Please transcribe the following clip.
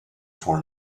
for